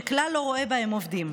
שכלל לא רואה בהם עובדים.